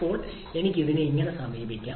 അപ്പോൾ എനിക്ക് ഇതിനെ എങ്ങനെ സമീപിക്കാം